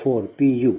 u